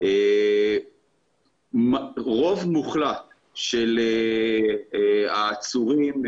רוב מוחלט של העצורים,